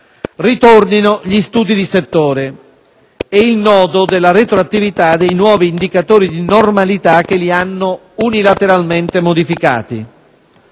ritornino gli studi di settore e il nodo della retroattività dei nuovi indicatori di normalità che li hanno unilateralmente modificati.